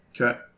Okay